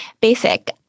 basic